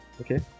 Okay